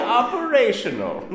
operational